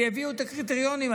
ויביאו את הקריטריונים.